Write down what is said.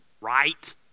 right